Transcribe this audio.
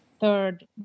third